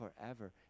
forever